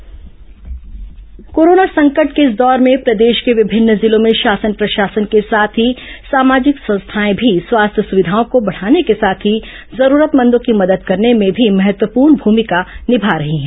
Covid सामाजिक सहायता corona संकट के इस दौर में प्रदेश के विभिन्न जिलों में शासन प्रशासन के साथ ही सामाजिक संस्थाएं भी स्वास्थ्य सुविधाओं को बढाने के साथ ही जरूरतमंदों की मदद करने में भी महत्वपूर्ण भुमिका निभा रही हैं